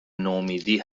نومیدی